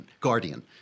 Guardian